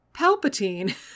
Palpatine